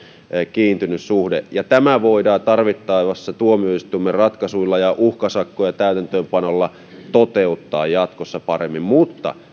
kiintymyssuhde ja tämä voidaan tarvittaessa tuomioistuimen ratkaisuilla ja uhkasakkojen täytäntöönpanolla toteuttaa jatkossa paremmin mutta